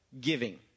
giving